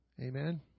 Amen